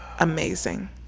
Amazing